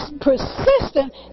persistent